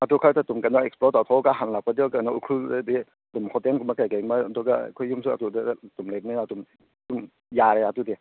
ꯑꯗꯨ ꯈꯛꯇ ꯁꯨꯝ ꯀꯩꯅꯣ ꯑꯦꯛꯁꯄ꯭ꯂꯣꯔ ꯇꯧꯊꯣꯛꯑꯒ ꯍꯜꯂꯛꯄꯗ ꯀꯩꯅꯣ ꯎꯈ꯭ꯔꯨꯜꯗꯗꯤ ꯑꯗꯨꯝ ꯍꯣꯇꯦꯜꯒꯨꯝꯕ ꯀꯩ ꯀꯩ ꯃꯣꯏ ꯑꯗꯨꯒ ꯑꯩꯈꯣꯏ ꯌꯨꯝꯁꯨ ꯑꯗꯨꯗ ꯑꯗꯨꯝ ꯂꯩꯕꯅꯤ ꯑꯗꯨꯝ ꯑꯗꯨꯝ ꯌꯥꯔꯦ ꯑꯗꯨꯗꯤ